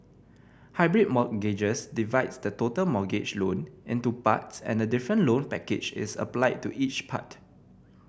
hybrid mortgages divides the total mortgage loan into parts and a different loan package is applied to each part